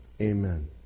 Amen